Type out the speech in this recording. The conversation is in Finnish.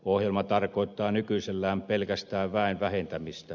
ohjelma tarkoittaa nykyisellään pelkästään väen vähentämistä